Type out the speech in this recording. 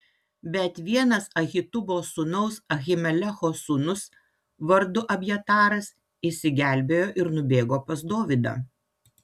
bet vienas ahitubo sūnaus ahimelecho sūnus vardu abjataras išsigelbėjo ir nubėgo pas dovydą